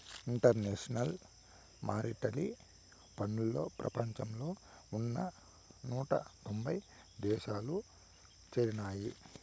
international monetary ఫండ్లో ప్రపంచంలో ఉన్న నూట తొంభై దేశాలు చేరినాయి